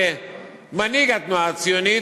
כמנהיג התנועה הציונית,